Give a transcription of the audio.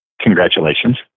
congratulations